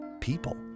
people